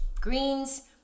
greens